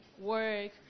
work